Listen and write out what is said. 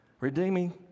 Redeeming